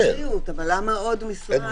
משרד הבריאות, אבל למה עוד משרד?